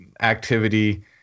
activity